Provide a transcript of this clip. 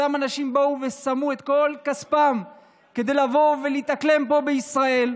אותם אנשים באו ושמו את כל כספם כדי לבוא ולהתאקלם פה בישראל,